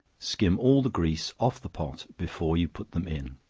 skim all the grease off the pot before you put them in.